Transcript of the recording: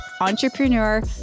entrepreneur